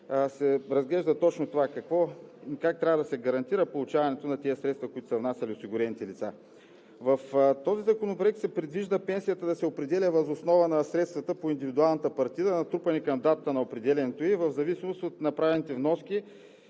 се разглежда точно това – как трябва да се гарантира получаването на средствата, които са внасяли осигурените лица. В Законопроекта се предвижда пенсията да се определя въз основа на средствата по индивидуалната партида, натрупани към датата на определянето ѝ, в зависимост от направените вноски